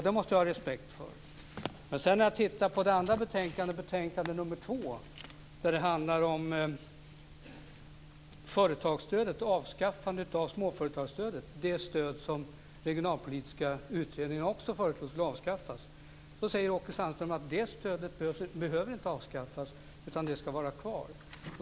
Det måste jag ha respekt för. Men när jag sedan tittar på reservationen till det andra betänkandet, nr 2, där det handlar om avskaffandet av småföretagarstödet, det stöd som den regionalpolitiska utredningen också föreslog skulle avskaffas, säger Åke Sandström att det stödet inte behöver avskaffas, utan det ska vara kvar.